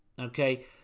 Okay